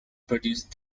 produce